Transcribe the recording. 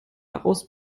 daraus